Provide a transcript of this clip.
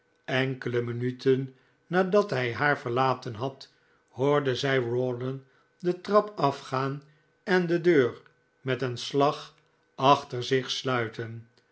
enkele minuten nadat hij haar verlaten had hoorde zij rawdon de trap afgaan en de deur met een slag achter zich sluiten